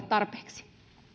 tarpeeksi